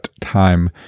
time